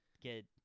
get